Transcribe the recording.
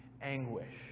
anguish